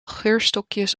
geurstokjes